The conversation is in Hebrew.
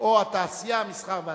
או התעשייה, המסחר והתעסוקה.